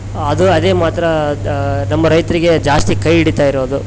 ಅದು ಅದೇ ಮಾತ್ರ ನಮ್ಮ ರೈತರಿಗೆ ಜಾಸ್ತಿ ಕೈ ಹಿಡಿತ ಇರೋದು